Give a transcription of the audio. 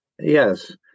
Yes